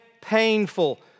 painful